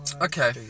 Okay